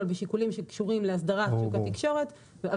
בשיקולים שקשורים לאסדרה בשוק התקשורת,